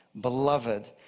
Beloved